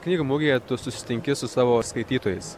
knygų mugėje tu susitinki su savo skaitytojais